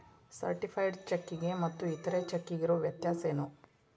Certified ಚೆಕ್ಕಿಗೆ ಮತ್ತ್ ಇತರೆ ಚೆಕ್ಕಿಗಿರೊ ವ್ಯತ್ಯಸೇನು?